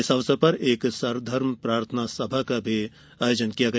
इस अवसर पर एक सर्वधर्म प्रार्थना सभा का भी आयोजन किया गया